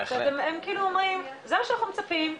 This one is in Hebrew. הם כאילו אומרים זה מה שאנחנו מצפים,